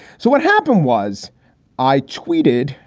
so what happened was i tweeted,